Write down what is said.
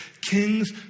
Kings